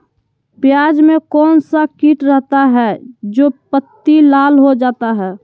प्याज में कौन सा किट रहता है? जो पत्ती लाल हो जाता हैं